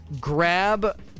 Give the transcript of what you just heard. grab